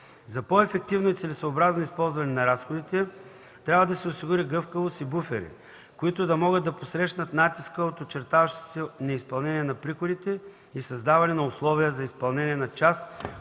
За по-ефективно и целесъобразно използване на разходите трябва да се осигури гъвкавост и буфери, които да могат да посрещнат натиска от очертаващото се неизпълнение на приходите и създаване на условия за изпълнение на част